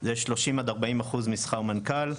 זה 30%,40% משכר מנכ"ל.